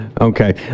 Okay